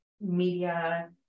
media